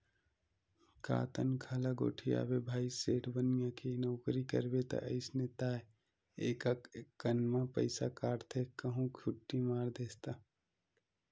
का तनखा ल गोठियाबे भाई सेठ बनिया के नउकरी करबे ता अइसने ताय एकक कन म पइसा काटथे कहूं छुट्टी मार देस ता